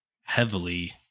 heavily